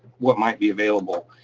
what might be available.